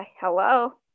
hello